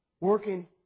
working